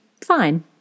fine